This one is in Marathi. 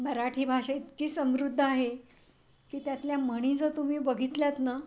मराठी भाषा इतकी समृद्ध आहे की त्यातल्या म्हणी जर तुम्ही बघितल्यात ना